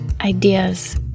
ideas